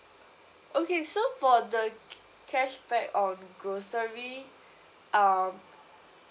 okay so for the cashback on grocery um